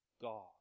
God